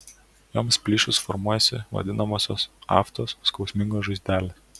joms plyšus formuojasi vadinamosios aftos skausmingos žaizdelės